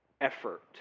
effort